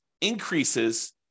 increases